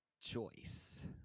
choice